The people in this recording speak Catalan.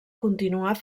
continuar